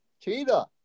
cheetah